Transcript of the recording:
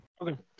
Okay